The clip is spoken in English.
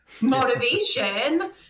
motivation